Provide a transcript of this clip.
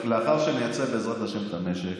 לאחר שנייצב בעזרת השם את המשק.